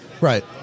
Right